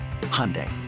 Hyundai